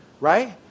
right